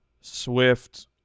Swift